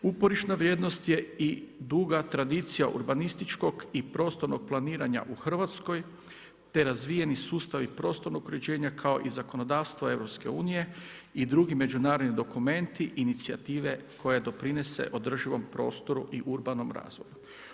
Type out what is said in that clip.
Uporišna vrijednost je i duga tradicija urbanističkog i prostornog planiranja u Hrvatskoj te razvijeni sustavi prostornog uređenja kao i zakonodavstva EU i drugi međunarodni dokumenti i inicijative koja doprinese održivom prostoru i urbanom razvoju.